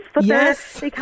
Yes